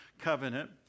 covenant